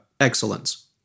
excellence